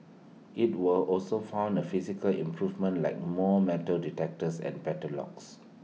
IT will also fund the physical improvements like more metal detectors and better locks